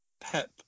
Pep